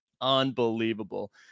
Unbelievable